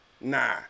Nah